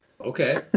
Okay